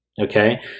Okay